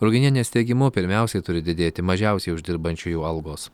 ruginienės teigimu pirmiausiai turi didėti mažiausiai uždirbančiųjų algos